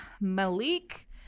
Malik